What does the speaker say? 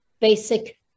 basic